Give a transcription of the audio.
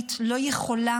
הבין-לאומית לא יכולה,